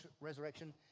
resurrection